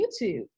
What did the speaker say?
YouTube